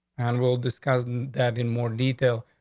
and we'll discuss and that in more detail.